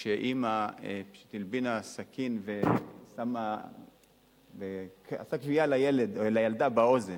של אמא שהלבינה סכין וגרמה לכווייה לילד או לילדה באוזן.